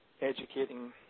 educating